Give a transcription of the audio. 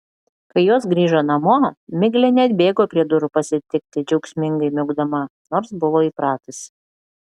kai jos grįžo namo miglė neatbėgo prie durų pasitikti džiaugsmingai miaukdama nors buvo įpratusi